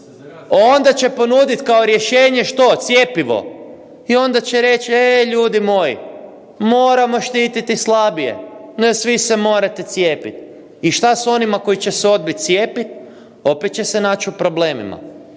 Onda će ponuditi kao rješenje, što? Cjepivo. I onda će reći e ljudi moji, moramo štititi slabije. No svi se morate cijepiti. I što s onima koji će se odbiti cijepiti? Opet će se naći u problemima.